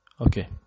Okay